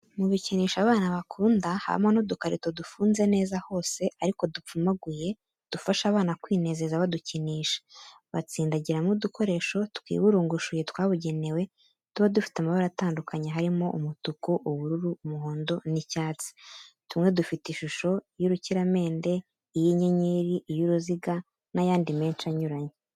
Mu bikinisho abana bakunda habamo n'udukarito dufunze neza hose, ariko dupfumaguye, dufasha abana kwinezeza badukinisha. Batsindagiramo udukoresho twiburungushuye twabugenewe, tuba dufite amabara atandukanye, harimo: umutuku, ubururu, umuhondo n'icyatsi, tumwe dufite ishusho y'urukiramende, iy'inyenyeri, iy'uruziga n'ayandi menshi anyuranye.